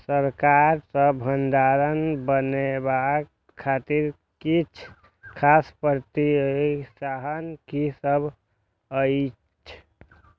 सरकार सँ भण्डार बनेवाक खातिर किछ खास प्रोत्साहन कि सब अइछ?